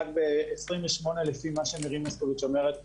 לפי